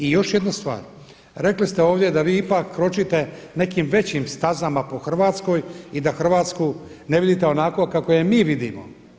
I još jedna stvar, rekli ste ovdje da vi ipak kročite nekim većim stazama po Hrvatskoj i da Hrvatsku ne vidite onako kao je mi vidimo.